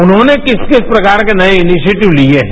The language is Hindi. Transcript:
उन्होंने किस किस प्रकार के नयेइनिशिएटिव लिये हैं